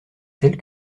tels